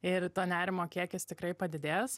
ir to nerimo kiekis tikrai padidės